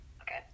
Okay